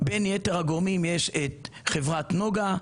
בין יתר הגורמים יש את חברת נגה,